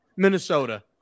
Minnesota